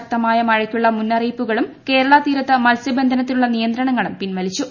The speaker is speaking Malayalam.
ശക്തമായ മഴയ്ക്കുള്ള മുന്നറിയിപ്പുകളും കേരള തീരത്തു മത്സ്യബന്ധനത്തിനുള്ള നിയന്ത്രണങ്ങളും പിൻവലിച്ചു